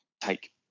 take